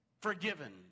forgiven